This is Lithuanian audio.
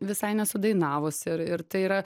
visai nesu dainavus ir ir tai yra